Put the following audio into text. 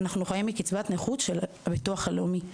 אנחנו חיים מקצבת נכות של הביטוח לאומי.